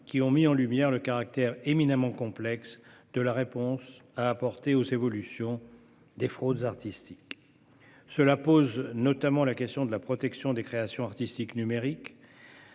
qui ont mis en lumière le caractère éminemment complexe de la réponse à apporter aux évolutions des fraudes artistiques. Se pose notamment la question de la protection des créations artistiques numériques,